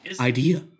idea